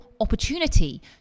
opportunity